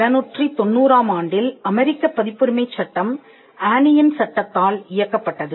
1790 ஆம் ஆண்டில் அமெரிக்க பதிப்புரிமைச் சட்டம் ஆனியின் சட்டத்தால் இயக்கப்பட்டது